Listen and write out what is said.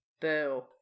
Boo